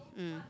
mm